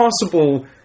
possible